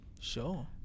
sure